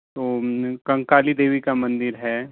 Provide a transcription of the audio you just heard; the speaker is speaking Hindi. तो कंकाली देवी का मंदिर है